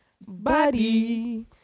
body